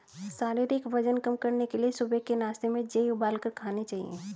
शारीरिक वजन कम करने के लिए सुबह के नाश्ते में जेई उबालकर खाने चाहिए